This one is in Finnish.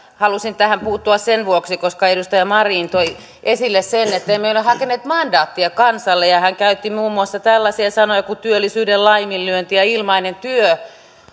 halusin tähän puuttua sen vuoksi koska edustaja marin toi esille sen että emme ole hakeneet mandaattia kansalta ja hän käytti muun muassa tällaisia sanoja kuin työllisyyden laiminlyönti ja ilmainen työ